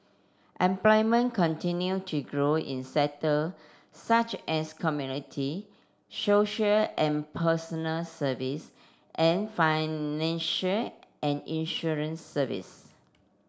employment continue to grow in sector such as community social and personal service and financial and insurance service